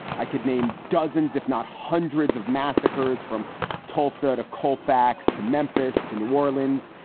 i could name dozens, if not hundreds of massacres from tulsa to colfax to memphis to new orleans.